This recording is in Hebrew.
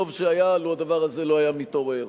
שטוב היה לו הדבר הזה לא היה מתעורר.